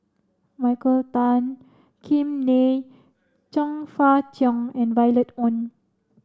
Michael Tan Kim Nei Chong Fah Cheong and Violet Oon